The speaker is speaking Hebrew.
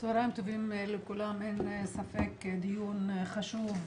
צהריים טובים לכולם, אין ספק, דיון חשוב,